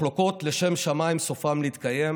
מחלוקות לשם שמיים סופן להתקיים,